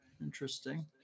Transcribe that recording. interesting